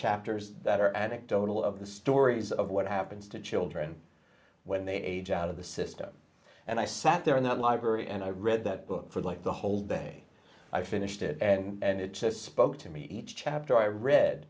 chapters that are addict own all of the stories of what happens to children when they age out of the system and i sat there in the library and i read that book for like the whole day i finished it and it just spoke to me each chapter i read